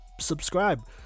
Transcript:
subscribe